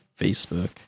Facebook